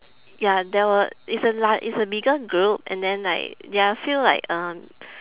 ya there were is a lar~ is a bigger group and then like there are a few like um